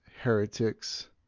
heretics